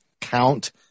count